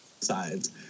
sides